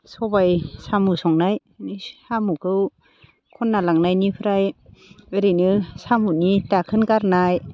सबाय साम' संनाय साम'खौ खन्ना लांनायनिफ्राय ओरैनो साम'नि दाखोन गारनाय